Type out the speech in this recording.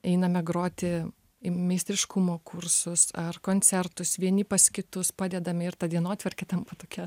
einame groti į meistriškumo kursus ar koncertus vieni pas kitus padedame ir ta dienotvarkė tampa tokia